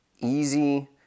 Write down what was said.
easy